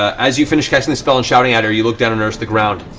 as you finish casting the spell and shouting at her, you look down and notice the ground.